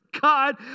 God